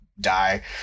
die